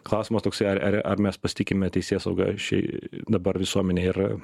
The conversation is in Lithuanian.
klausimas toksai ar ar ar mes pasitikime teisėsauga ši dabar visuomenė ir